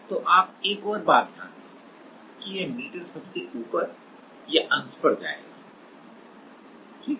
तो आप एक और बात ध्यान दें कि यह मीटर सबसे ऊपर या अंश पर जाएगा ठीक है